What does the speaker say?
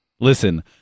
Listen